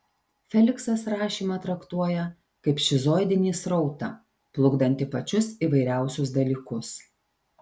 feliksas rašymą traktuoja kaip šizoidinį srautą plukdantį pačius įvairiausius dalykus